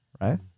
right